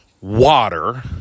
water